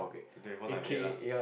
to twenty four ninety eight lah